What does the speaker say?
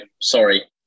sorry